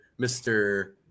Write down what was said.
Mr